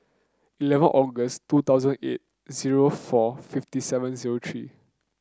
eleven August two thousand eight zero four fifty seven zero three